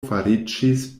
fariĝis